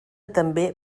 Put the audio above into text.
també